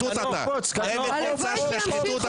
עבד נרצע של השחיתות.